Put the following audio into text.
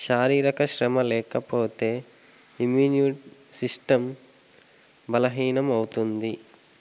శారీరక శ్రమ లేకపోతే ఇమ్యూన్ సిస్టం బలహీనం అవుతుంది